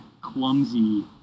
clumsy